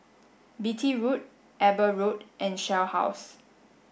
Beatty Road Eber Road and Shell House